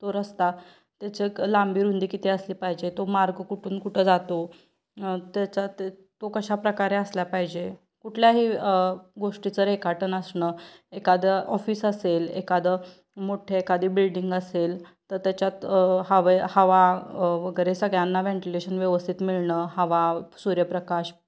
तो रस्ता त्याचं लांबी रुंदी किती असली पाहिजे तो मार्ग कुठून कुठं जातो त्याच्यात तो कशा प्रकारे असल्या पाहिजे कुठल्याही गोष्टीच रेखाटन असणं एखादं ऑफिस असेल एखादं मोठ्ठे एखादी बिल्डिंग असेल तर त्याच्यात हवे हवा वगैरे सगळ्यांना व्हेंटिलेशन व्यवस्थित मिळणं हवा सूर्यप्रकाश